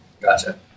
Gotcha